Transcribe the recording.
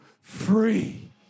free